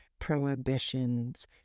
prohibitions